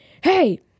Hey